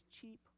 cheap